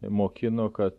mokino kad